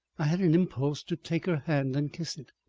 i had an impulse to take her hand and kiss it,